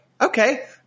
okay